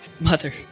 Mother